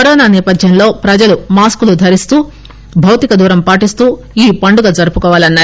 corona నేపథ్యంలో ప్రజలు మాస్కులు ధరిస్తూ భౌతికదూరం పాటిస్తూ ఈ పండుగ జరుపుకోవాలన్నారు